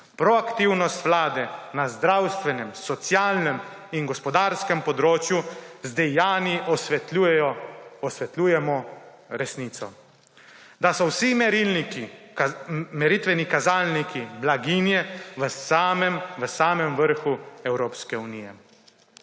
Proaktivnost vlade na zdravstvenem, socialnem in gospodarskem področju. Z dejanji osvetljujemo resnico, da so vsi meritveni kazalniki blaginje v samem vrhu Evropske unije.